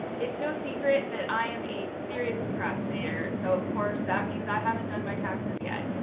it's no secret that i am a serious procrastinator so of course that means i haven't done my taxes yet.